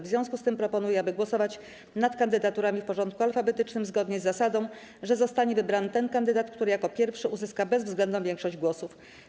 W związku z tym proponuję, aby głosować nad kandydaturami w porządku alfabetycznym, zgodnie z zasadą, że zostanie wybrany ten kandydat, który jako pierwszy uzyska bezwzględną większość głosów.